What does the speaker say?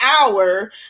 hour